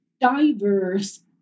diverse